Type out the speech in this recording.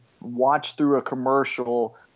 watch-through-a-commercial